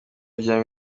rya